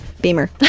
Beamer